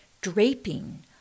draping